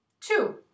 Two